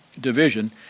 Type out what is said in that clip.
division